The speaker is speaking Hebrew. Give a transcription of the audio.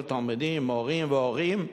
תלמידים, מורים והורים.